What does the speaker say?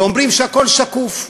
ואומרים שהכול שקוף.